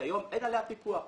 כי היום אין עליה פיקוח.